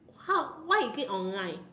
how why is it online